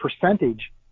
percentage